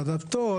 ועדת פטור.